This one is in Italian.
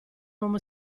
uomo